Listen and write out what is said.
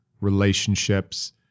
relationships